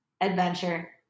adventure